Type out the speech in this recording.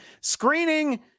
screening